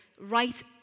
right